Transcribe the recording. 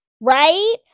Right